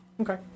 Okay